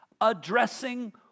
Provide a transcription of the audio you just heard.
addressing